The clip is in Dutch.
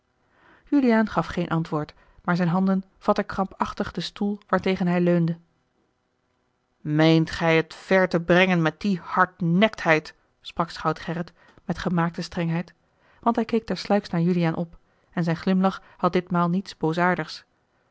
juliaan gaf geen antwoord maar zijne handen vatten krampachtig den stoel waartegen hij leunde meent gij het ver te brengen met die hardnektheid sprak schout gerrit met gemaakte strengheid want hij keek ter sluiks naar juliaan op en zijn glimlach had ditmaal niets boos aardigs